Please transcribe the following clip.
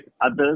others